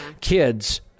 kids